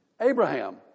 Abraham